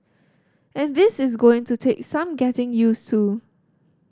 and this is going to take some getting use to